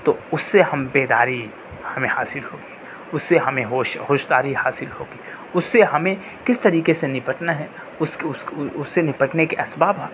تو اس سے ہم بیداری ہمیں حاصل ہوگی اس سے ہمیں ہوش ہوش داری حاصل ہوگی اس سے ہمیں کس طریقے سے نپٹنا ہے اس سے نپٹنے کے اسباب